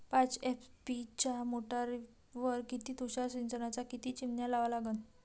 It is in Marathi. पाच एच.पी च्या मोटारीवर किती तुषार सिंचनाच्या किती चिमन्या लावा लागन?